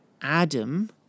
Adam